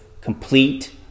complete